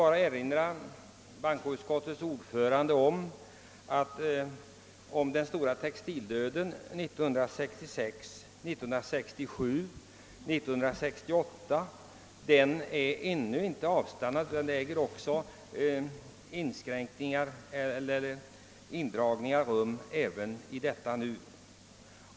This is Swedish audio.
Jag vill erinra bankoutskottets ordförande om att den stora textildöden åren 1966, 1967 och 1968 ännu inte har avstannat; indragningar äger rum även i detta nu.